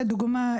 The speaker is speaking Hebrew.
לדוגמה,